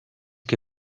que